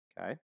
Okay